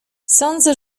sądzę